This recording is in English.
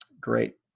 Great